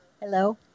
Hello